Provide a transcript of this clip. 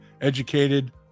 educated